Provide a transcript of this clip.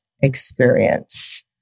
experience